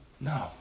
No